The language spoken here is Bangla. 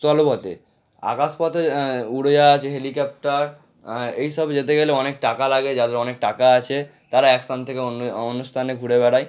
স্থল পথে আকাশ পথে উড়োজাহাজ আছে হেলিকপ্টার এই সব যেতে গেলে অনেক টাকা লাগে যাদের অনেক টাকা আছে তারা এক স্থান থেকে অন্য অন্য স্থানে ঘুরে বেড়ায়